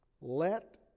Let